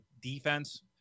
defense